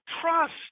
Trust